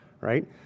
right